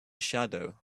shadow